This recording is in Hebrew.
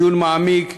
דיון מעמיק,